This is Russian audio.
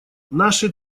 наши